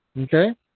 Okay